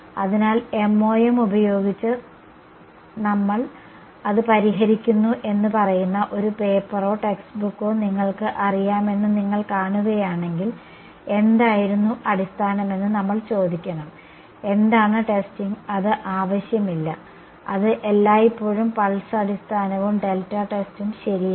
അതിനാൽ MoM ഉപയോഗിച്ച് ഞങ്ങൾ അത് പരിഹരിക്കുന്നു എന്ന് പറയുന്ന ഒരു പേപ്പറോ ടെക്സ്റ്റ് ബുക്കോ നിങ്ങൾക്ക് അറിയാമെന്ന് നിങ്ങൾ കാണുകയാണെങ്കിൽ എന്തായിരുന്നു അടിസ്ഥാനമെന്ന് നമ്മൾ ചോദിക്കണം എന്താണ് ടെസ്റ്റിംഗ് അത് ആവശ്യമില്ല അത് എല്ലായ്പ്പോഴും പൾസ് അടിസ്ഥാനവും ഡെൽറ്റ ടെസ്റ്റും ശരിയാണ്